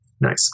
Nice